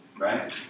right